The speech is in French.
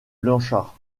blanchard